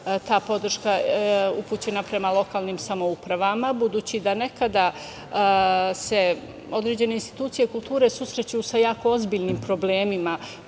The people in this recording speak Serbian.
ta podrška upućena prema lokalnim samoupravama, budući da nekada se određene institucije kulture susreću sa jako ozbiljnim problemima,